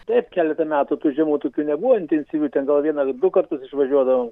taip keletą metų tų žiemų tokių nebuvo intensyvių ten gal vieną du kartus išvažiuodavom